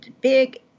big